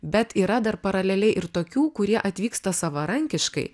bet yra dar paraleliai ir tokių kurie atvyksta savarankiškai